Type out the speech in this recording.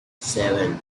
seven